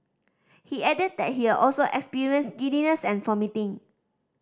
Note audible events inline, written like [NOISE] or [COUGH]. he added that he had also experienced giddiness and [UNINTELLIGIBLE]